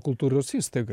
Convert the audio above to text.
kultūros įstaiga